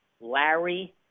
Larry